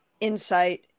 insight